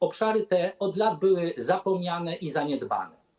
Obszary te od lat były zapomniane i zaniedbane.